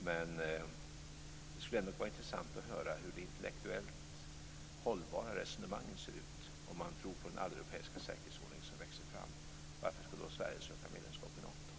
Det skulle ändå vara intressant att höra hur det intellektuellt hållbara resonemanget ser ut. Om man tror på den alleuropeiska säkerhetsordning som växer fram, varför skulle Sverige då söka medlemskap i Nato?